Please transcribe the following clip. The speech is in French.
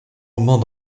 moments